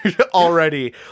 already